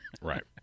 Right